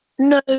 No